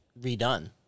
redone